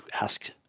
ask